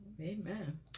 Amen